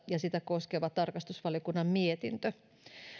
ja sitä koskeva tarkastusvaliokunnan mietintö ovat nyt tässä käsittelyssä